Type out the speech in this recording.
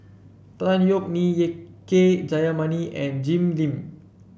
Tan Yeok Nee Ye K Jayamani and Jim Lim